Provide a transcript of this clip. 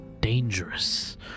dangerous